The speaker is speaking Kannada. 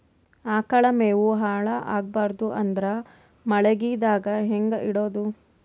ಆಕಳ ಮೆವೊ ಹಾಳ ಆಗಬಾರದು ಅಂದ್ರ ಮಳಿಗೆದಾಗ ಹೆಂಗ ಇಡೊದೊ?